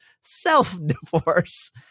self-divorce